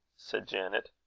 said janet.